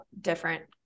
different